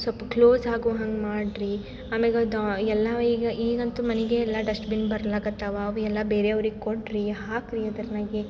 ಸ್ವಲ್ಪ್ ಕ್ಲೋಸ್ ಆಗು ಹಂಗೆ ಮಾಡಿರಿ ಆಮೇಗೆ ದ್ವಾ ಎಲ್ಲ ಈಗ ಈಗಂತು ಮನೆಗೆ ಎಲ್ಲ ಡಸ್ಟ್ ಬಿನ್ ಬರಲಾಕತ್ತಾವ ಅವು ಎಲ್ಲ ಬೇರೆಯವ್ರಿಗೆ ಕೊಡಿರಿ ಹಾಕಿರಿ ಅದ್ರಾಗೆ